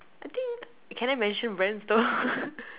I think can I mention brands though